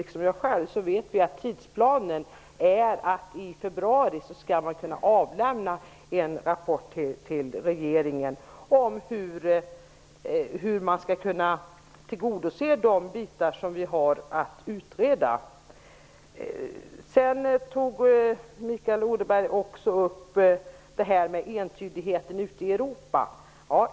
Därför vet vi att kommissionen, enligt tidsplanen, i februari skall kunna avlämna en rapport till regeringen. Mikael Odenberg sade att det finns en entydighet i Europa.